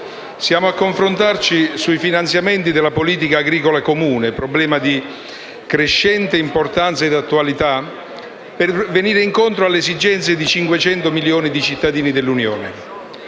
siamo a confrontarci sui finanziamenti della politica agricola comune, problema di crescente importanza ed attualità, per venire incontro alle esigenze di 500 milioni di cittadini dell'Unione.